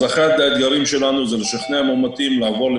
אז קודם כל הממשלה צריכה לקבל היום את ההחלטה